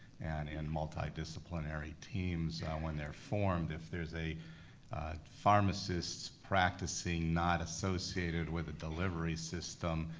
and in multi-disciplinary teams when they're formed if there's a pharmacist practicing not associated with a delivery system,